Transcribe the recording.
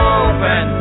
open